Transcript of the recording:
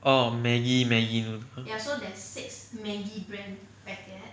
orh maggi maggi noodles